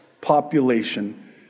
population